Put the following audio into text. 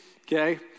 okay